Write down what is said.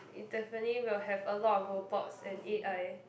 it definitely will have a lot of robots and a_i